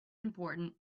important